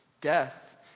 Death